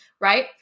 right